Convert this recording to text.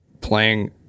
playing